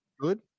good